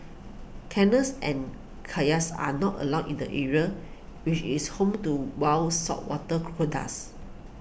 canoes and kayaks are not allowed in the area which is home to wild saltwater